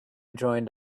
joined